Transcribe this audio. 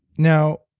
now,